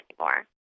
anymore